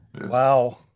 Wow